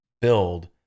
build